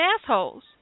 assholes